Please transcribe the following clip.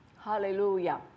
Hallelujah